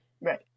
right